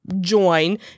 join